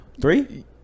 Three